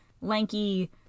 lanky